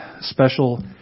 special